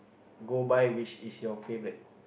go by which is your favourite